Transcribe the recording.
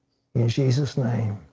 in jesus name,